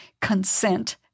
consent